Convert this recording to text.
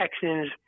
texans